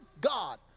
God